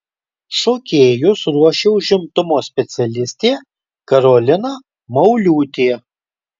šokėjus ruošė užimtumo specialistė karolina mauliūtė